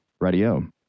Radio